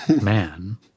man